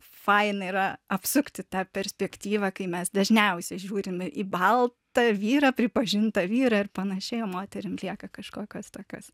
faina yra apsukti tą perspektyvą kai mes dažniausiai žiūrime į baltą vyrą pripažintą vyrą ir panašiai o moterim lieka kažkokios tokios